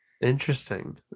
Interesting